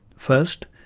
first,